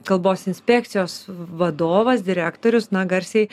kalbos inspekcijos vadovas direktorius na garsiai